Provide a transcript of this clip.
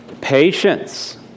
Patience